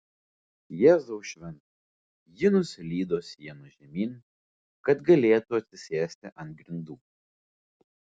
jėzau šventas ji nuslydo siena žemyn kad galėtų atsisėsti ant grindų